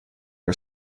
are